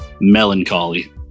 melancholy